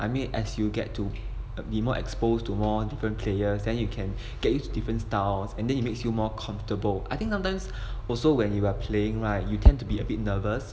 I mean as you get to be more exposed to more different players then you can get used to different styles and then it makes you more comfortable I think sometimes also when you are playing right you tend to be a bit nervous